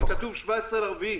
גבי, כתוב 17 באפריל.